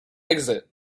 exit